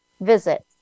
visit